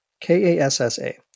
K-A-S-S-A